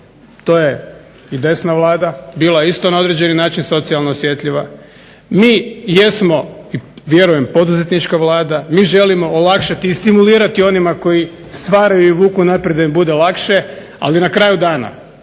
to je i desna Vlada bila isto na određeni način socijalno osjetljiva. Mi jesmo vjerujem i poduzetnička Vlada, mi želimo olakšati i stimulirati onima koji stvaraju i vuku naprijed da im bude lakše, ali na kraju dana,